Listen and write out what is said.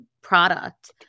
product